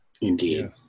Indeed